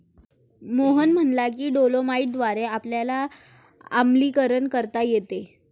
मोहन म्हणाले की डोलोमाईटद्वारे आपल्याला आम्लीकरण करता येते